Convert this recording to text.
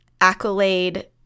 accolade